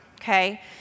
okay